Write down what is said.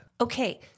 Okay